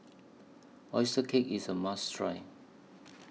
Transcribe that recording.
Oyster Cake IS A must Try